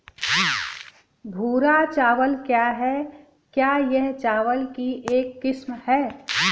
भूरा चावल क्या है? क्या यह चावल की एक किस्म है?